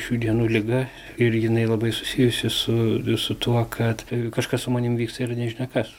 šių dienų liga ir jinai labai susijusi su visu tuo kad kažkas su manim vyks ir nežinia kas